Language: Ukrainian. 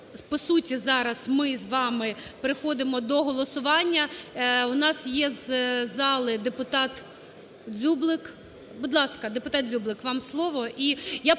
По суті зараз ми з вами переходимо до голосування. У нас є з зали депутат Дзюблик. Будь ласка, депутат Дзюблик, вам слово.